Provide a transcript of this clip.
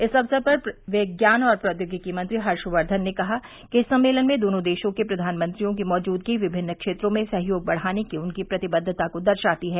इस अवसर पर विज्ञान और प्राद्योगिकी मंत्री हर्षक्वन ने कहा कि इस सम्मेलन में दोनों देशों के प्रधानमंत्रियों की मैजूदगी विभिन्न क्षेत्रों में सहयोग बढ़ाने की उनकी प्रतिबद्दता को दर्शाती है